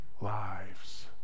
lives